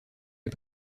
est